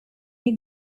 you